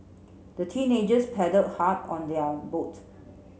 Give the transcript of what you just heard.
the teenagers paddle hard on their boat